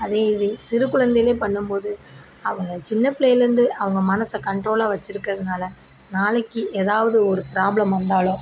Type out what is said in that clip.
அதே இது சிறு குழந்தையில் பண்ணும்போது அவங்க சின்ன பிள்ளைலேருந்து அவங்க மனதை கண்ட்ரோலாக வச்சுருக்கதுனால் நாளைக்கு எதாவது ஒரு ப்ராப்ளம் வந்தால்